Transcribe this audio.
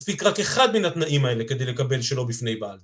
מספיק רק אחד מן התנאים האלה כדי לקבל שלא בפני בעל.